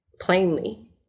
plainly